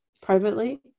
privately